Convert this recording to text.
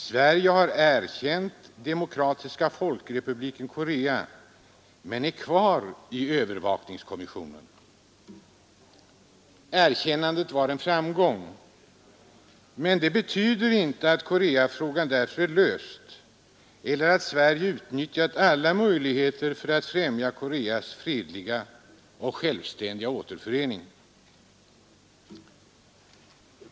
Sverige har erkänt Demokratiska folkrepubliken Korea men är kvar i övervakningskommissionen. Erkännandet var en framgång. Men det betyder inte att Koreafrågan därför är löst eller att Sverige utnyttjat alla möjligheter för att främja Koreas fredliga och självständiga återförening.